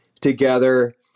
together